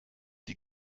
die